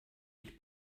ich